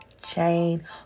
Chain